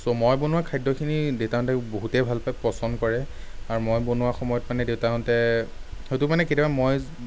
চ' মই বনোৱা খাদ্যখিনি দেউতাহঁতে বহুতেই ভাল পায় পচন্দ কৰে আৰু মই বনোৱা সময়ত মানে দেউতাহঁতে হয়তো মানে কেতিয়াবা মই